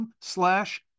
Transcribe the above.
slash